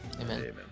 Amen